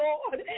Lord